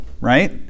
right